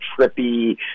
trippy